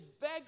beg